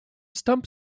stump